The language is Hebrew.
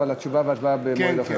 אבל תשובה והצבעה במועד אחר.